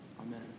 Amen